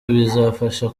bizafasha